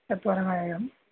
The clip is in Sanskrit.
चत्वारः एवम्